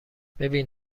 ببین